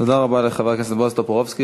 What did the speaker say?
תודה רבה לחבר הכנסת בועז טופורובסקי.